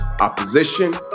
opposition